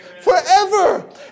forever